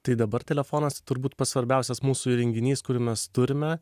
tai dabar telefonas turbūt pats svarbiausias mūsų įrenginys kurį mes turime